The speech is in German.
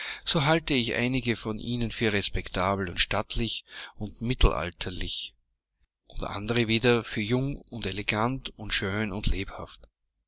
so halte ich einige von ihnen für respektabel und stattlich und mittelalterlich und andere wieder für jung und elegant und schön und lebhaft